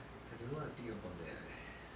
I don't know what I think about that eh